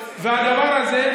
והדבר הזה,